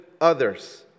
others